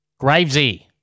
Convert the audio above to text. Gravesy